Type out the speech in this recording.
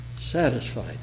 Satisfied